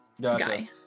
guy